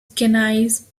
gaines